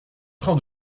train